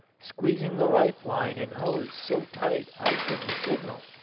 squeezing the life-line and hose so tight i couldn't signal.